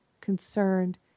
concerned